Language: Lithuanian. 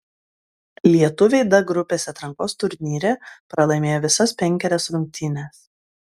lietuviai d grupės atrankos turnyre pralaimėjo visas penkerias rungtynes